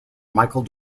michael